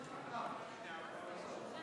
קצבת נכות וקצבת שאירים),